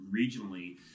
regionally